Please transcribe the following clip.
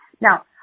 now